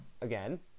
again